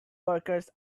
workers